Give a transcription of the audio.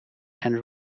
and